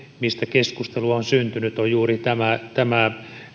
mistä keskustelu on syntynyt on lähinnä juuri tämä